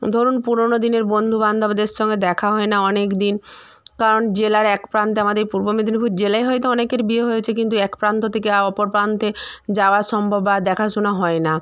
ধরুন পুরোনো দিনের বন্ধু বান্ধবদের সঙ্গে দেখা হয় না অনেক দিন কারণ জেলার এক প্রান্তে আমাদের পূর্ব মেদিনীপুর জেলায় হয়তো অনেকের বিয়ে হয়েছে কিন্তু এক প্রান্ত থেকে অপর প্রান্তে যাওয়া সম্ভব বা দেখাশোনা হয় না